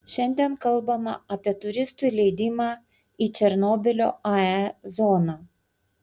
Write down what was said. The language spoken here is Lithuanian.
šiandien kalbama apie turistų įleidimą į černobylio ae zoną